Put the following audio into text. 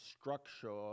structure